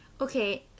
Okay